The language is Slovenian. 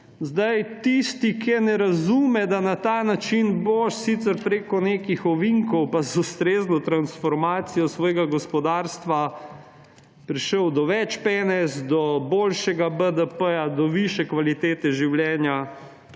Zdaj tisti, ki ne razume, da na ta način boš sicer preko nekih ovinkov pa z ustrezno transformacijo svojega gospodarstva prišel do več penez, do boljšega BDP, do višje kvalitete življenja,